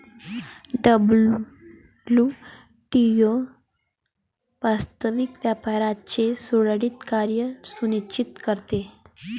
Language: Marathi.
डब्ल्यू.टी.ओ वास्तविक व्यापाराचे सुरळीत कार्य सुनिश्चित करते